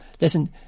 Listen